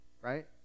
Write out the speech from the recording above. Right